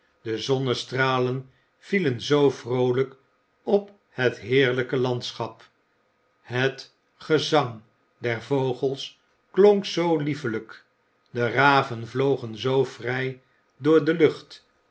de zonnestralen vielen zoo vroolijk op het heerlijke landschap het gezang der vogels klonk zoo liefelijk de raven vlogen zoo vrij door de lucht